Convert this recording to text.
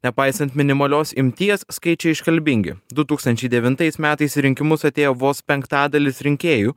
nepaisant minimalios imties skaičiai iškalbingi du tūkstančiai devintais metais į rinkimus atėjo vos penktadalis rinkėjų